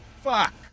Fuck